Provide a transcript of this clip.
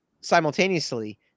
simultaneously